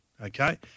okay